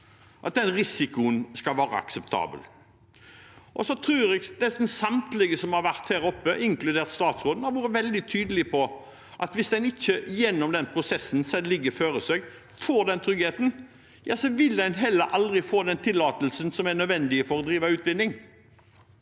– den risikoen skal være akseptabel. Jeg tror nesten samtlige som har vært oppe på talerstolen, inkludert statsråden, har vært veldig tydelige på at hvis en ikke gjennom den prosessen som foreligger, får den tryggheten, ja, så vil en heller aldri får den tillatelsen som er nødvendig for å drive utvinning.